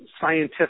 scientific